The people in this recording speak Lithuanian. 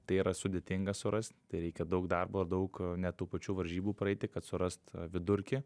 tai yra sudėtinga surast tai reikia daug darbo daug net tų pačių varžybų praeiti kad surast vidurkį